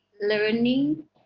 learning